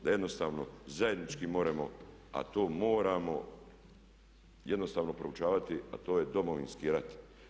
Da jednostavno zajednički moramo, a to moramo jednostavno proučavati a to je Domovinski rat.